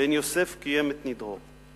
בן-יוסף קיים את נדרו.